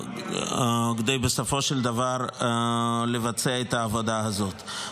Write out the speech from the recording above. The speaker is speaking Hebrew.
כדי בסופו של דבר לבצע את העבודה הזאת.